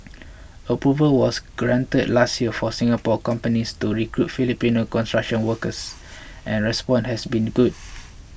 approval was granted last year for Singapore companies to recruit Filipino construction workers and response has been good